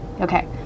okay